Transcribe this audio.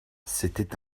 c’était